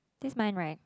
this mine right